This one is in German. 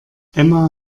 emma